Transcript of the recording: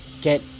get